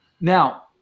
Now